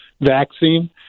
vaccine